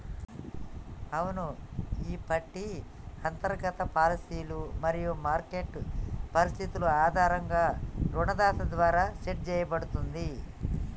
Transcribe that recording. అవును ఈ పట్టి అంతర్గత పాలసీలు మరియు మార్కెట్ పరిస్థితులు ఆధారంగా రుణదాత ద్వారా సెట్ సేయబడుతుంది